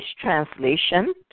translation